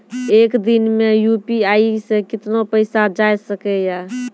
एक दिन मे यु.पी.आई से कितना पैसा जाय सके या?